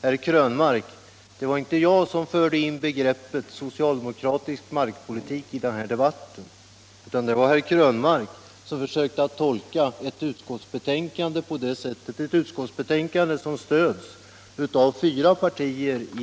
var det inte jag som förde in begreppet socialdemokratisk markpolitik i den här debatten, utan det var herr Krönmark som gav den beteckningen åt ett utskottsförslag som stöds av fyra partier.